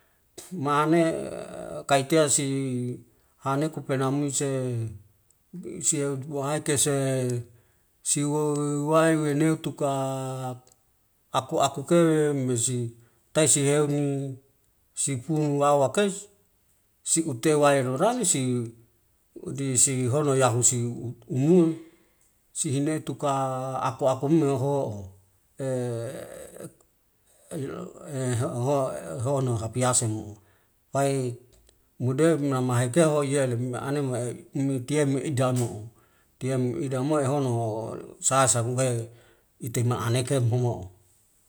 ma ane kaitia si aneku pena muse dweuseu duaikese siwewai weneu tuka aku akuke mesi taisiheuni sipu wawake siute wir warani si di sihonu yahu si umun, si inei tuka aku akume eho'o hono apease mo'u wai mude mama heke hoyele me anema initie idano tiemo idamoi ehono sasa uwei iteme aneka mohomo.